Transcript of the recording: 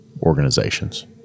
organizations